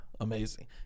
Amazing